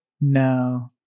No